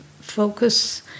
focus